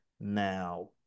now